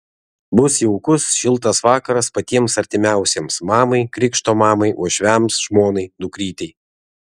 bus jaukus šiltas vakaras patiems artimiausiems mamai krikšto mamai uošviams žmonai dukrytei